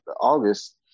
August